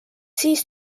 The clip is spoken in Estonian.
siis